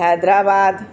Hyderabad